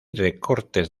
recortes